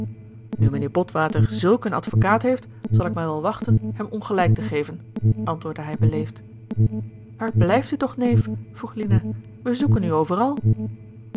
nu mijnheer botwater zulk een advokaat heeft zal ik mij wel wachten hem ongelijk te geven antwoordde hij beleefd waar blijft u toch neef vroeg lina wij zoeken u overal